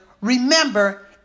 remember